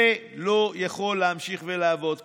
זה לא יכול להמשיך ולעבוד כך.